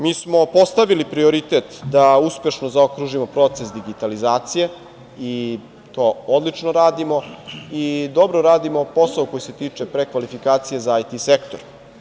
Mi smo postavili prioritet da uspešno zaokružimo proces digitalizacije, i to odlično radimo, i dobro radimo posao koji se tiče prekvalifikacije za IT sektor.